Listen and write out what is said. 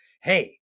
hey